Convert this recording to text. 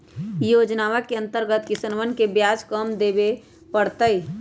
ई योजनवा के अंतर्गत किसनवन के ब्याज कम देवे पड़ तय